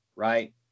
right